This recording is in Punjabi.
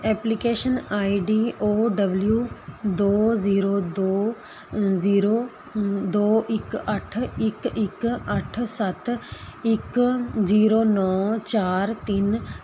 application I D O W ਦੋ ਜ਼ੀਰੋ ਦੋ ਅ ਜ਼ੀਰੋ ਅ ਦੋ ਇੱਕ ਅੱਠ ਇੱਕ ਇੱਕ ਅੱਠ ਸੱਤ ਇੱਕ ਜੀਰੋ ਨੌ ਚਾਰ ਤਿੰਨ